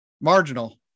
marginal